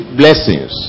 blessings